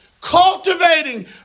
Cultivating